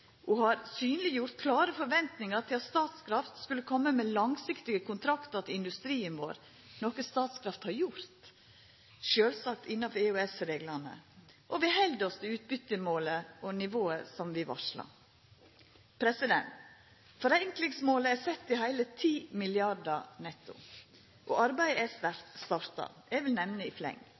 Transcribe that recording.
og har synleggjort klare forventingar til at Statkraft skulle koma med langsiktige kontraktar til industrien vår, noko Statkraft har gjort, sjølvsagt innanfor EØS-reglane. Vi held oss til utbyttemålet og det nivået som vi varsla. Forenklingsmålet er sett til heile 10 mrd. kr netto, og arbeidet er starta. Eg vil nemna i fleng: